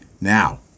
Now